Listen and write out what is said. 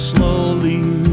Slowly